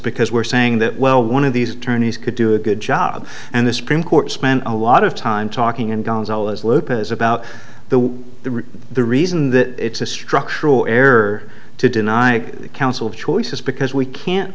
because we're saying that well one of these attorneys could do a good job and the supreme court spent a lot of time talking and gonzalez lopez about the the the reason that it's a structural error to deny counsel choices because we can't